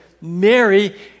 Mary